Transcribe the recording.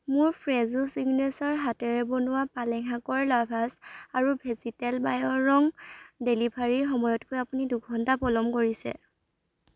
মোৰ ফ্ৰেছো ছিগনেচাৰ হাতেৰে বনোৱা পালেং শাকৰ লাভাছ আৰু ভেজীটেল বায়' ৰং ডেলিভাৰীৰ সময়তকৈ আপুনি দুঘণ্টা পলম কৰিছে